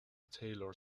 tailor